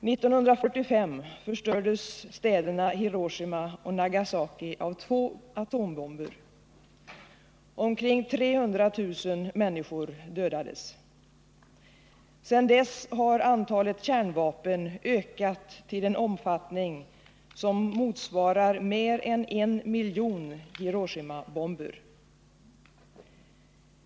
Fru talman! Kärnvapen är det utan jämförelse största hotet mot mänsklighetens fortlevnad. År 1945 förstördes städerna Hiroshima och Nagasaki av två atombomber. Omkring 300 000 människor dödades. Sedan dess har antalet kärnvapen ökat till en omfattning som motsvarar mer än en miljon Hiroshimabomber.